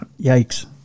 Yikes